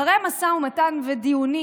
אז זה אחרי משא ומתן ודיונים,